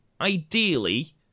Ideally